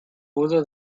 pudo